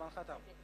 זמנך תם.